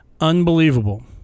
Unbelievable